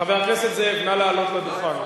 חבר הכנסת זאב, נא לעלות לדוכן.